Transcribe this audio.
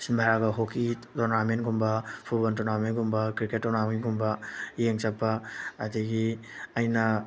ꯁꯤꯟꯕ ꯍꯥꯏꯔꯒ ꯍꯣꯀꯤ ꯇꯣꯔꯅꯥꯃꯦꯟꯒꯨꯝꯕ ꯐꯨꯠꯕꯣꯜ ꯇꯣꯔꯅꯥꯃꯦꯟꯒꯨꯝꯕ ꯀ꯭ꯔꯤꯀꯦꯠ ꯇꯣꯔꯅꯥꯃꯦꯟꯒꯨꯝꯕ ꯌꯦꯡ ꯆꯠꯄ ꯑꯗꯒꯤ ꯑꯩꯅ